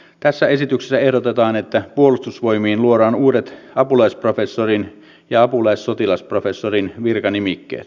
tässä esityksessä ehdotetaan että puolustusvoimiin luodaan uudet apulaisprofessorin ja apulaissotilasprofessorin virkanimikkeet